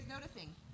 noticing